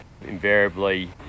invariably